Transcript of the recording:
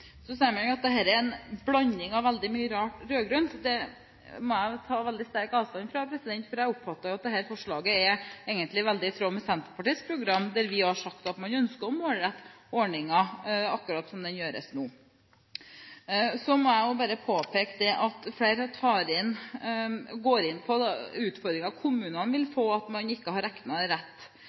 Så sier man at dette er en blanding av veldig mye rart rød-grønt, men det må jeg ta veldig sterkt avstand fra, for jeg oppfatter at dette forslaget egentlig er i tråd med Senterpartiets program, der vi også har sagt at vi ønsker å målrette ordninger akkurat slik det gjøres nå. Jeg må også påpeke det at flere går inn på de utfordringene kommunene vil få – at man ikke har regnet rett.